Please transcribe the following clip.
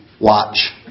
watch